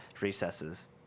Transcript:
recesses